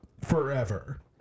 forever